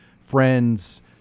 friends